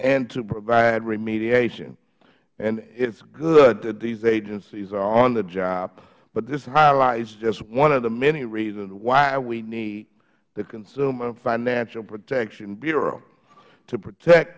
and to provide remediation and it is good that these agencies are on the job but this highlights just one of the many reasons why we need the consumer financial protection bureau to protect